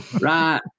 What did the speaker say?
Right